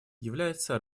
является